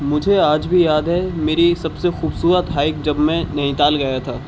مجھے آج بھی یاد ہے میری سب سے خوبصورت ہائیک جب میں نینی تال گیا تھا